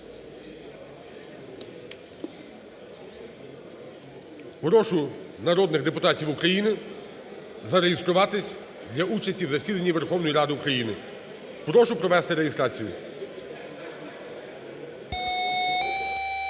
Прошу народних депутатів України зареєструватись для участі в засіданні Верховної Ради України. Прошу провести реєстрацію.